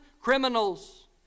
criminals